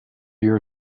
your